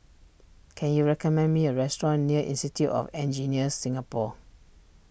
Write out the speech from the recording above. can you recommend me a restaurant near Institute of Engineers Singapore